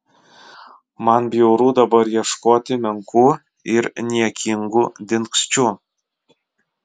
man bjauru dabar ieškoti menkų ir niekingų dingsčių